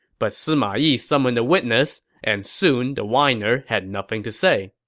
but sima yi summoned a witness, and soon the whiner had nothing to say